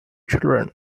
children